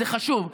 זה חשוב,